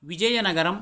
Vizianagaram